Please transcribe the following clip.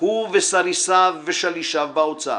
הוא וסריסיו ושלישיו באוצר.